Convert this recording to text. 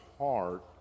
heart